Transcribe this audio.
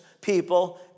people